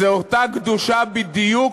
זו אותה קדושה בדיוק